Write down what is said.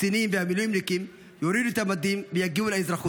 הקצינים והמילואימניקים יורידו את המדים ויגיעו לאזרחות,